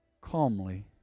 calmly